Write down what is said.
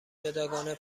جداگانه